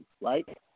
right